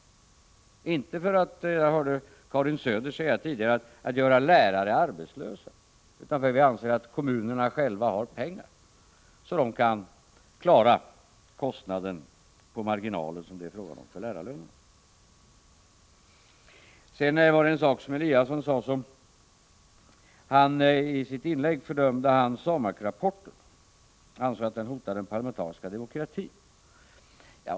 Det är inte heller fråga om att — som jag hörde Karin Söder säga tidigare — göra lärare arbetslösa. Skälet är som sagt att vi anser att kommunerna själva har pengar, så att de kan klara kostnaden på marginalen när det gäller lärarlönerna. Herr Eliasson fördömde i sitt inlägg SAMAK-rapporten och ansåg att den hotar den parlamentariska demokratin.